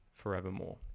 forevermore